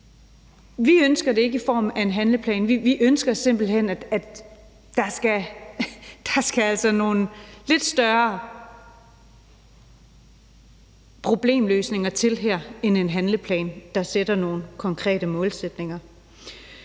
Vi ønsker det ikke i form af en handleplan. Vi ønsker simpelt hen, at der altså skal nogle lidt større problemløsninger til end en handleplan, der sætter nogle konkrete målsætninger.